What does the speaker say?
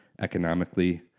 economically